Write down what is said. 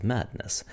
Madness